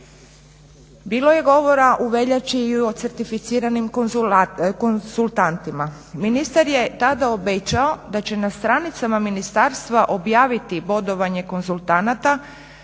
Bilo je govora u veljači i o certificiranim konzultantima. Ministar je tada obećao da će na stranicama ministarstva objaviti bodovanje konzultanata